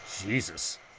Jesus